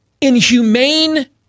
inhumane